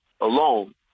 alone